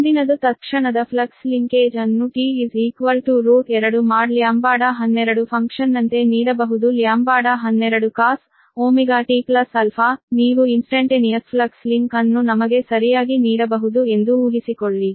ಮುಂದಿನದು instantaneous flux linkage ಅನ್ನು t √2 ದ ಮಾಡ್ λ12 ಫಂಕ್ಷನ್ನಂತೆ ನೀಡಬಹುದು λ12 cos⁡〖ωtα〗ನೀವು ಇನಸ್ಟಂಟೀನಿಯಸ್ ಫ್ಲಕ್ಸ್ ಲಿಂಕ್ ಅನ್ನು ನಮಗೆ ಸರಿಯಾಗಿ ನೀಡಬಹುದು ಎಂದು ಊಹಿಸಿಕೊಳ್ಳಿ